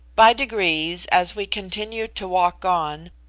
by degrees, as we continued to walk on,